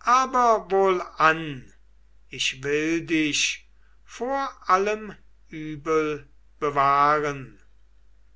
aber wohlan ich will dich vor allem übel bewahren